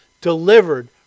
delivered